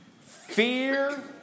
fear